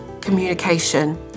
communication